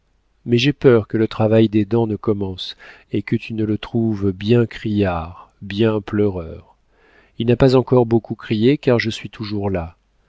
mais j'ai peur que le travail des dents ne commence et que tu ne le trouves bien criard bien pleureur il n'a pas encore beaucoup crié car je suis toujours là